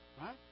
right